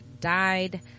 died